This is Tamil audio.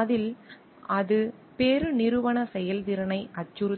அதில் அது பெருநிறுவன செயல்திறனை அச்சுறுத்துகிறது